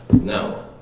No